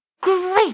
Great